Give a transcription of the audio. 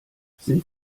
sind